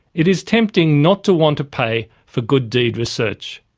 it is tempting not to want to pay for good deed research.